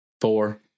four